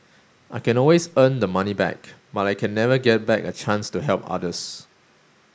I can always earn the money back but I can never get back a chance to help others